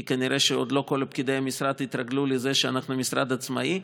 כי כנראה שעוד לא כל פקידי המשרד התרגלו לזה שאנחנו משרד עצמאי,